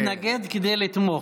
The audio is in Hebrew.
הוא מתנגד כדי לתמוך.